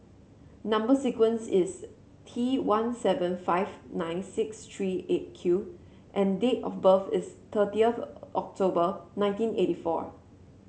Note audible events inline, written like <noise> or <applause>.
number sequence is T one seven five nine six three Eight Q and date of birth is thirty <hesitation> October nineteen eighty four